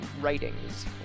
writings